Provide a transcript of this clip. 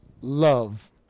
love